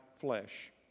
flesh